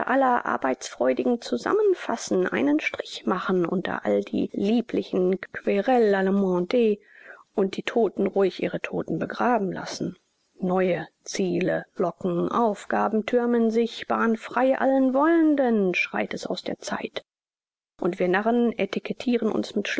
aller arbeitsfreudigen zusammenfassen einen strich machen unter all die lieblichen querelles allemandes und die toten ruhig ihre toten begraben lassen neue ziele locken aufgaben türmen sich bahn frei allen wollenden schreit es aus der zeit und wir narren etikettieren uns mit